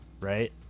Right